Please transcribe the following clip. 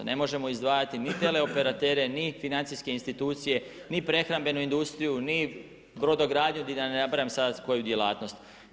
Ne možemo izdvajati ni teleoperatere ni financijske institucije, ni prehrambenu industriju, ni brodogradnju, da ne nabrajam sada koju djelatnost.